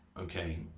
okay